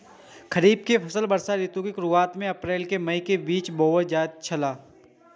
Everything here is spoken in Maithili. खरीफ के फसल वर्षा ऋतु के शुरुआत में अप्रैल से मई के बीच बौअल जायत छला